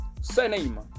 surname